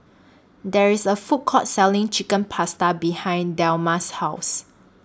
There IS A Food Court Selling Chicken Pasta behind Delmas' House